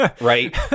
right